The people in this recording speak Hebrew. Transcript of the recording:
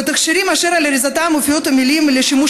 ותכשירים אשר על אריזתם מופיעות המילים "לשימוש